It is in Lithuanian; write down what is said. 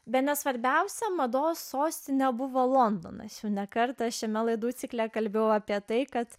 bene svarbiausia mados sostine buvo londonas ne kartą šiame laidų cikle kalbėjo apie tai kad